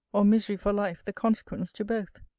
or misery for life the consequence to both?